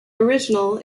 original